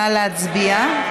נא להצביע.